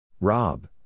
Rob